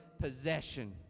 possession